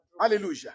Hallelujah